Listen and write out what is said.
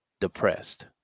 Depressed